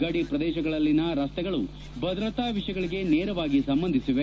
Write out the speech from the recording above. ಗಡಿ ಪ್ರದೇಶಗಳಲ್ಲಿನ ರಸ್ತೆಗಳು ಭದ್ರತಾ ವಿಷಯಗಳಿಗೆ ನೇರವಾಗಿ ಸಂಬಂಧಿಸಿದೆ